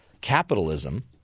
capitalism